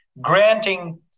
granting